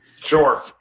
Sure